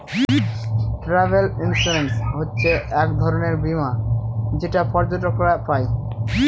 travel insurance হচ্ছে এক রকমের বীমা যেটা পর্যটকরা পাই